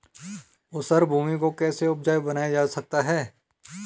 ऊसर भूमि को कैसे उपजाऊ बनाया जा सकता है?